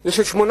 היא של 800